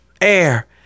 air